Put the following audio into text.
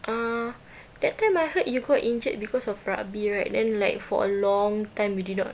uh that time I heard you got injured because of rugby right then like for a long time you did not